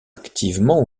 activement